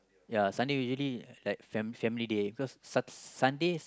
ya Sunday usually like fam~ family day cause sun~ Sundays Sundays